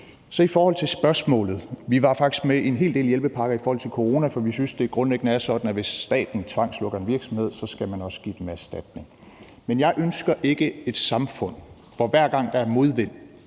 på. I forhold til spørgsmålet var vi faktisk med i en hel del hjælpepakker i forhold til corona, for vi synes grundlæggende, det er sådan, at hvis staten tvangslukker en virksomhed, skal man også give dem erstatning. Men jeg ønsker ikke et samfund, hvor staten, hver gang der er modvind,